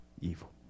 evil